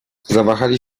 zawahali